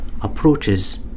approaches